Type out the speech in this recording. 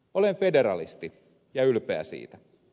olen federalisti ja ylpeä siitä